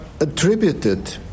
attributed